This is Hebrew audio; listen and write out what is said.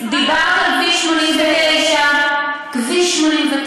דיברת על כביש 89. כביש 89,